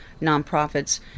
nonprofits